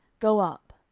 go up.